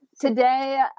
Today